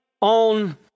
on